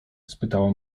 spytała